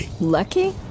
Lucky